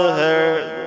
heard